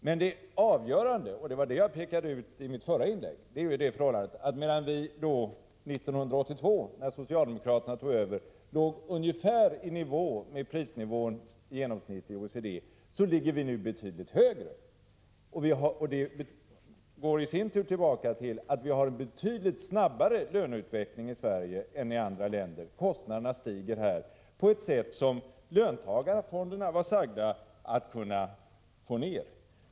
Men det avgörande, det som jag pekade ut i mitt förra inlägg, är det förhållandet, att medan vi 1982 då socialdemokraterna tog över hade ungefär samma prisnivå som genomsnittet inom OECD, ligger vi nu betydligt högre. Det beror i sin tur på att vi har en snabbare löneutveckling i Sverige än den som man har i andra länder. Kostnaderna stiger, trots att man sagt att löntagarfonderna skulle få ned dem.